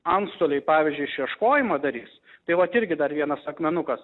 antstoliai pavyzdžiui išieškojimą darys tai vat irgi dar vienas akmenukas